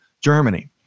Germany